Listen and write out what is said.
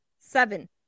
Seven